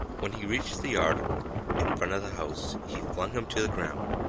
when he reached the yard in front of the house, he flung him to the ground,